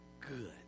good